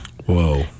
Whoa